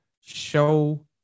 show